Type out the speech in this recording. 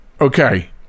okay